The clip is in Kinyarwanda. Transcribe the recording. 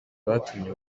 batumye